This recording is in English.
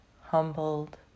humbled